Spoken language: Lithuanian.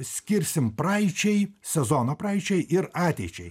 skirsim praeičiai sezono praeičiai ir ateičiai